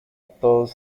todos